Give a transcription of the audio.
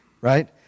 Right